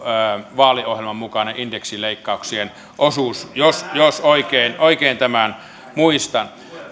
vaaliohjelman mukainen indeksileikkauksien osuus jos jos oikein oikein tämän muistan